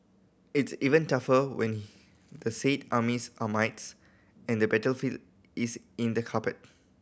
it's even tougher when the said armies are mites and the battlefield is in the carpet